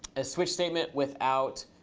a switch statement without